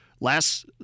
last